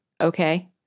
okay